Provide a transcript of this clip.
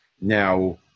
Now